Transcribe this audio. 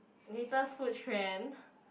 latest food trend